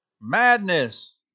madness